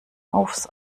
aufs